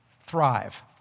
thrive